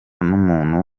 n’umuntu